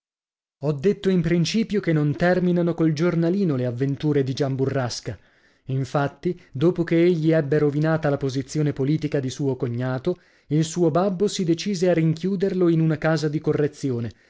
ho detto in principio che non terminato col giornalino le avventure di gian burrasca infatti dopo che egli ebbe rovinata la posizione politica di suo cognato il suo babbo si decise a rinchiuderlo in una casa di correzione